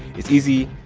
it's easy.